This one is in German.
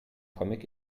comic